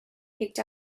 picked